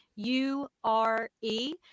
U-R-E